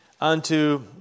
unto